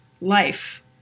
life